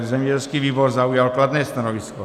Zemědělský výbor zaujal kladné stanovisko.